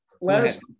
last